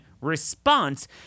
response